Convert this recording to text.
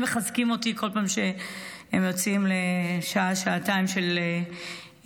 הם מחזקים אותי כל פעם שהם יוצאים לשעה-שעתיים של התרעננות.